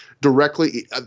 directly